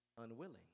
unwilling